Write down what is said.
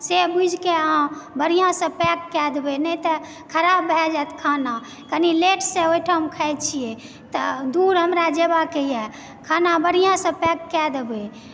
से बुझिके अहाँ बढिआँसँ पैक कए देबय नहि तऽ खराब भऽ जाइत खाना कनि लेटसँ ओहिठाम खाइत छियै तऽ दूर हमरा जेबाके इएह खाना बढिआँसँ पैक कए देबय